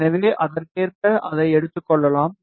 எனவே அதற்கேற்ப அதை எடுத்துக்கொள்வோம்